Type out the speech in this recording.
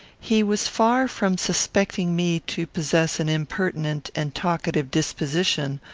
he was far from suspecting me to possess an impertinent and talkative disposition,